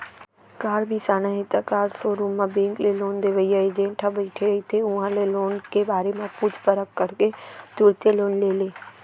car बिसाना हे त कार सोरूम म बेंक ले लोन देवइया एजेंट ह बइठे रहिथे उहां ले लोन के बारे म पूछ परख करके तुरते लोन ले ले